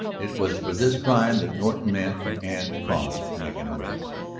it was for this crime that norton meant and promised to make an arrest.